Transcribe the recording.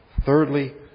Thirdly